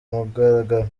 mugaragaro